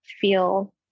feel